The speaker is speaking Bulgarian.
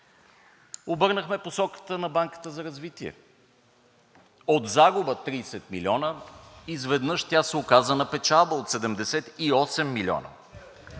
Обърнахме посоката на Банката за развитие. От загуба 30 милиона изведнъж тя се оказа на печалба от 78 милиона